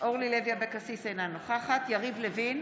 אינה נוכחת יריב לוין,